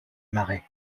marais